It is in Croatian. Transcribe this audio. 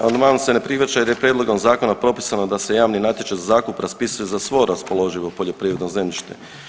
Amandman se ne prihvaća jer je prijedlogom zakona propisano da se javni natječaj za zakup raspisuje za svo raspoloživo poljoprivredno zemljište.